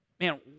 man